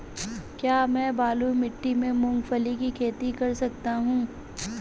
क्या मैं बालू मिट्टी में मूंगफली की खेती कर सकता हूँ?